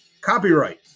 Copyright